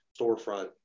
storefront